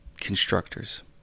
constructors